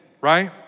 right